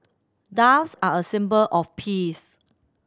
doves are a symbol of peace